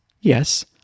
yes